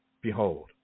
Behold